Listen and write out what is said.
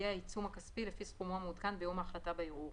יהיה העיצום הכספי לפי סכומו המעודכן ביום ההחלטה בערעור.